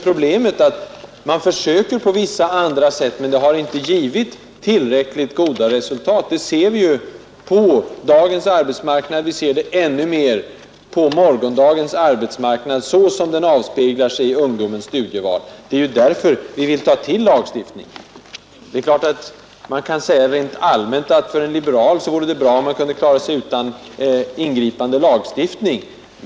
Problemet är att man försökt lösa frågan på vissa andra sätt, som inte har givit tillräckligt goda resultat. Det ser vi ju på dagens arbetsmarknad, och vi ser det ännu mer på morgondagens arbetsmarknad, så som den avspeglar sig i ungdomens studieval. Det är därför vi vill ta till lagstiftning. Man kan naturligtvis rent allmänt säga, att för en liberal vore det bra om man kunde klara sig utan en ingripande lagstiftning.